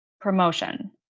promotion